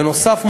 בנוסף,